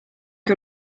que